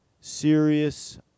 serious